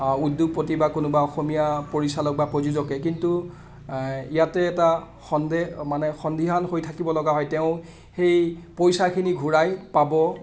উদ্যোগপতি বা কোনোবা অসমীয়া পৰিচালক বা প্ৰযোজকে কিন্তু ইয়াতে এটা সন্দেহ মানে সন্দিহান হৈ থাকিব লগা হয় তেওঁ সেই পইচাখিনি ঘূৰাই পাব